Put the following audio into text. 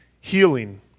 healing